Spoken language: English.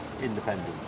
independent